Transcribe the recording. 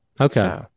Okay